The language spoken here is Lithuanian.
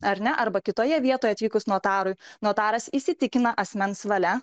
ar ne arba kitoje vietoje atvykus notarui notaras įsitikina asmens valia